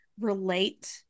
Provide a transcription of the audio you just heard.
relate